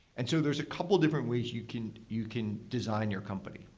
and so there's a couple of different ways you can you can design your company.